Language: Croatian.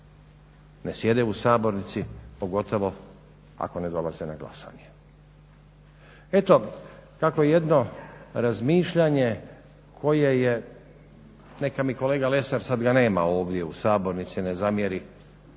ne sjede u Sabornici, pogotovo ako ne dolaze na glasanje. Eto kako jedno razmišljanje koje je, neka mi kolega Lesar, sad ga nema ovdje u sabornici, ne zamjeri